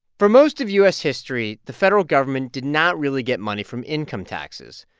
for most of u s. history, the federal government did not really get money from income taxes.